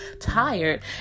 tired